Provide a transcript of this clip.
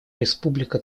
республика